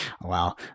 wow